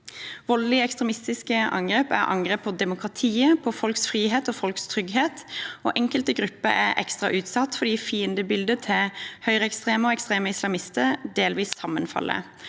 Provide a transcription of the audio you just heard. Voldelige, ekstremistiske angrep er angrep på demokratiet, på folks frihet og folks trygghet, og enkelte grupper er ekstra utsatt fordi fiendebildet til høyreekstreme og ekstreme islamister delvis sammenfaller.